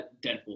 Deadpool